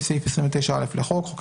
כמובן שכל דבר פה זה בסט המקביל של מח"ש